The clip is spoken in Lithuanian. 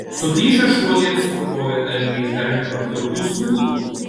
suplyšę šuoliai apsiputoja dalgiais dar nepapjautų smilgų